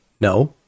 no